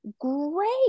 great